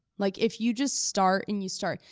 like, if you just start and you start,